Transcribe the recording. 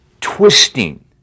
twisting